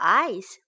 eyes